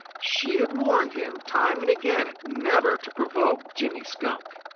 she had warned him time and again never to provoke jimmy skunk,